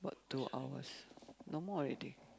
two hours no more already